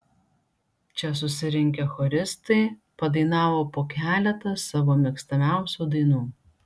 čia susirinkę choristai padainavo po keletą savo mėgstamiausių dainų